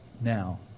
now